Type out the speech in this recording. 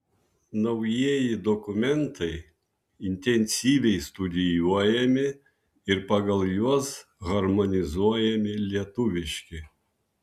naujieji dokumentai intensyviai studijuojami ir pagal juos harmonizuojami lietuviški